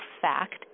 fact